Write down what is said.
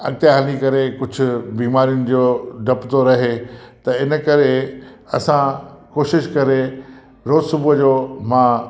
अॻिते हली करे कुझु बीमारियुनि जो डपु थो रहे त इन करे असां कोशिशि करे रोज़ु सुबुह जो मां